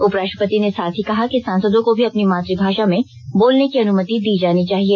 उप राष्ट्रपति ने साथ ही कहा कि सांसदों को भी अपनी मातुभाषा में बोलने की अनुमति दी जानी चाहिए